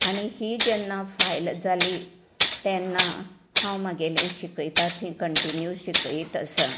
आनी ही जेन्ना फायल जाली तेन्ना हांव मागेले शिकयता थंय कंन्टिन्यु शिकयत आसा